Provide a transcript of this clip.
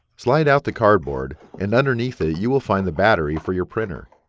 slide out the cardboard and underneath it you will find the battery for your printer.